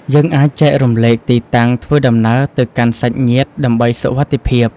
យើងអាចចែករំលែកទីតាំងធ្វើដំណើរទៅកាន់សាច់ញាតិដើម្បីសុវត្ថិភាព។